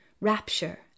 rapture